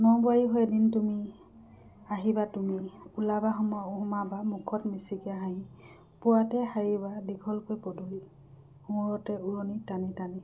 ন বোৱাৰী হৈ এদিন তুমি আহিবা তুমি ওলাবা সময় সোমাবা মুখত মিচিকিয়াই হাঁহি পুৱাতে সাৰিবা দীঘলকৈ পদূলি মূৰতে ওৰণি টানি টানি